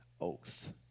oath